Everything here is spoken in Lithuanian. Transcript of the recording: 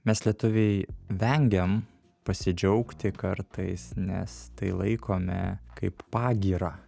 mes lietuviai vengiam pasidžiaugti kartais nes tai laikome kaip pagyra